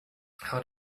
how